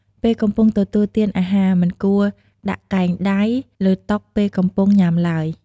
ពេលកំពុងទទួលទានអាហារ មិនគួរដាក់កែងដៃលើតុពេលកំពុងញុំាឡើយ។